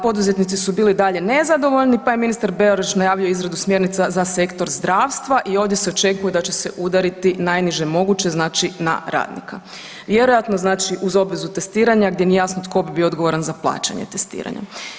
Poduzetnici su bili i dalje nezadovoljni pa je ministar Beroš najavio izradu smjernica za sektor zdravstva i ovdje se očekuje da će se udariti najniže moguće, znači na radnika, vjerojatno znači uz obvezu testiranja gdje nije jasno tko bi bio odgovoran za plaćanje testiranja.